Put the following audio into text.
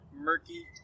murky